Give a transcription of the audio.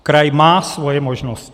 Kraj má svoje možnosti.